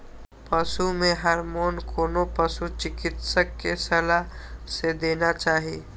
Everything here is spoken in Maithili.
पशु मे हार्मोन कोनो पशु चिकित्सक के सलाह सं देना चाही